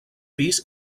pis